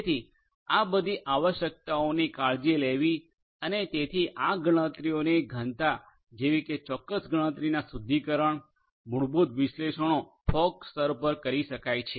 તેથી આ બધી આવશ્યકતાઓની કાળજી લેવી અને તેથી આ ગણતરીયોની ઘનતા જેવી કે ચોક્કસ ગણતરીના શુદ્ધિકરણ મૂળભૂત વિશ્લેષણો ફોગ સ્તર પર કરી શકાય છે